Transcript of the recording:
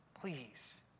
please